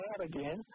again